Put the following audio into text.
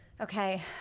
Okay